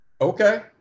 okay